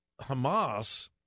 Hamas